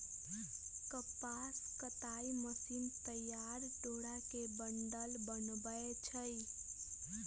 कपास कताई मशीन तइयार डोरा के बंडल बनबै छइ